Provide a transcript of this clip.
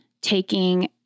taking